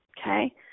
Okay